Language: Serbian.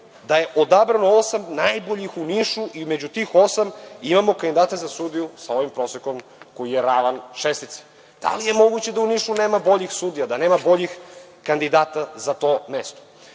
da je odabrano osam najboljih u Nišu i među tih osam imamo kandidata za sudiju sa ovim prosekom koji je ravan šestici. Da li je moguće da u Nišu nema boljih sudija, da nema boljih kandidata za to mesto. Malo